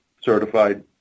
certified